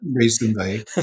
recently